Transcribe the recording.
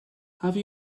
have